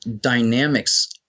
dynamics